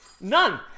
None